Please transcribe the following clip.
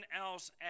else